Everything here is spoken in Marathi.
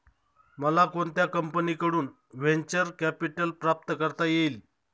मला कोणत्या कंपनीकडून व्हेंचर कॅपिटल प्राप्त करता येईल?